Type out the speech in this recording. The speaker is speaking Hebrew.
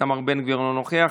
איתמר בן גביר, אינו נוכח,